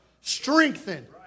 strengthen